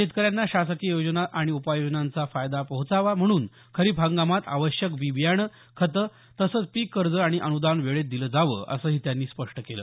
शेतकऱ्यांना शासकीय योजना आणि उपाययोजनांचा फायदा पोहचावा म्हणून खरिप हंगामात आवश्यक बी बियाणे खते तसेच पिक कर्ज आणि अनुदान वेळेत दिलं जावं असंही त्यांनी स्पष्ट केलं